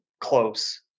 close